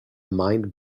mind